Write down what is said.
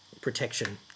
protection